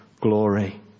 glory